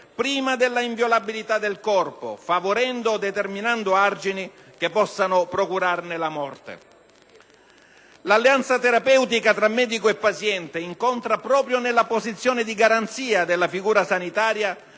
prima dell'inviolabilità del corpo, favorendo o determinando argini che possano procurarne la morte. L'alleanza terapeutica tra medico e paziente incontra proprio nella posizione di garanzia della figura sanitaria